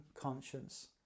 conscience